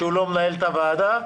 הוועדה,